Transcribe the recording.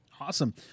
Awesome